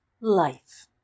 Life